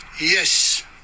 Yes